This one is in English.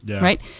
Right